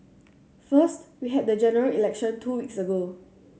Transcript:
first we had the General Election two weeks ago